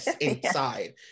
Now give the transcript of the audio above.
inside